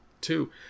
Two